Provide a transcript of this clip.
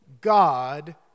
God